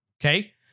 okay